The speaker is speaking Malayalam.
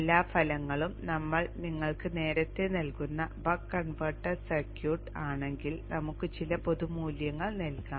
എല്ലാ ഫലങ്ങളും നമ്മൾ നിങ്ങൾക്ക് നേരത്തെ നൽകുന്ന ബക്ക് കൺവെർട്ടർ സർക്യൂട്ട് ആണെങ്കിൽ നമുക്ക് ചില പൊതു മൂല്യങ്ങൾ നൽകാം